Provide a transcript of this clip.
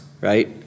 right